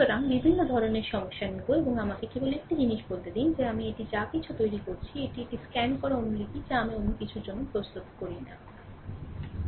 সুতরাং বিভিন্ন ধরণের সমস্যা নেবে এবং আমাকে কেবল একটি জিনিস বলতে দাও যে এটি আমি যা কিছু তৈরি করছি এটি এটি একটি স্ক্যান করা অনুলিপি যা আমি কোনও কিছুর জন্য প্রস্তুত করি না ঠিক তাই